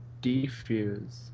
defuse